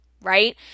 right